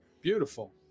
beautiful